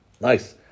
Nice